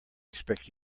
expect